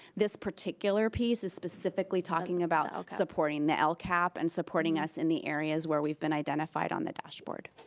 this particular piece is specifically talking about supporting the lcap and supporting us in the areas where we've been identified on the dashboard.